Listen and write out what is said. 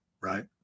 right